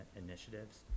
initiatives